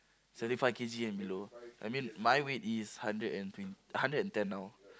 seventy five K_G and below I mean my weight is hundred and twen~ hundred and ten now